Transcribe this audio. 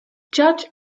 judge